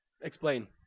Explain